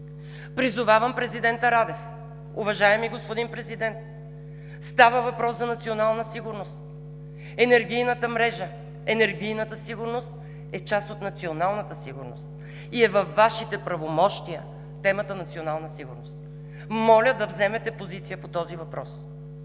Призовавам президента Радев: уважаеми господин Президент, става въпрос за национална сигурност – енергийната мрежа, енергийната сигурност е част от националната сигурност и във Вашите правомощия е темата „национална сигурност“. Моля да вземете позиция по този въпрос!